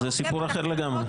זה סיפור אחר לגמרי.